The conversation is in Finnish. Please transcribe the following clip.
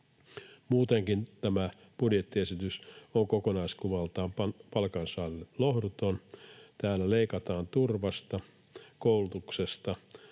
Muutenkin tämä budjettiesitys on kokonaiskuvaltaan palkansaajalle lohduton. Täällä leikataan turvasta, koulutuksesta,